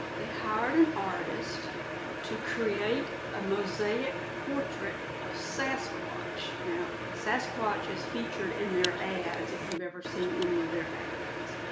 they hired an artist to create a mosaic portrait of sasquatch. now, sasquatch is featured in their ads, if you've ever seen any of their ads.